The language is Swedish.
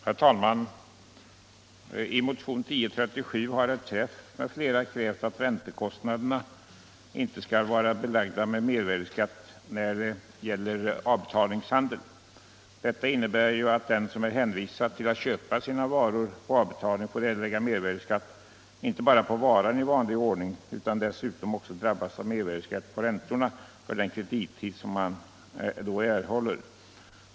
Herr talman! I motion 1037 har herr Träff m.fl. krävt att räntekostnaderna i samband med avbetalningshandel inte skall vara belagda med mervärdeskatt. Den som är hänvisad till att köpa sina varor på avbetalning får ju erlägga mervärdeskatt inte bara på varan i vanlig ordning utan dessutom på räntorna för den kredittid som han erhåller.